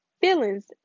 feelings